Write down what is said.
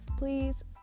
Please